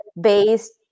based